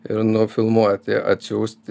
ir nufilmuoti atsiųsti